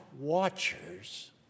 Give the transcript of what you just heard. watchers